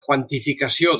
quantificació